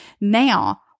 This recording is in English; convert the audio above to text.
Now